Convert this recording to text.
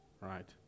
Right